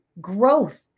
Growth